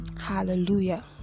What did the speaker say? hallelujah